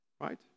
right